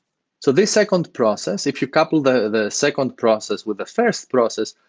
so this second process, if you couple the the second process with the first process,